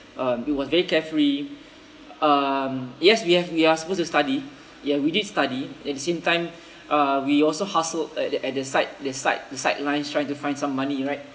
um it was very carefree um yes we have we are supposed to study ya we did study at the same time uh we also hustled at the at the side the side the sidelines trying to find some money right